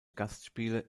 gastspiele